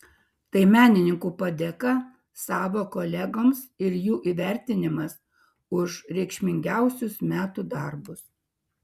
tai menininkų padėka savo kolegoms ir jų įvertinimas už reikšmingiausius metų darbus